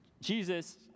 Jesus